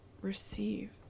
receive